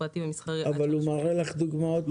אבל הוא מראה לך דוגמאות.